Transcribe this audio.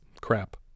Crap